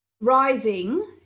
rising